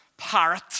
parrot